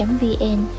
vn